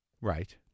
right